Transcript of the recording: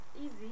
easy